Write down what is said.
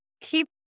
keep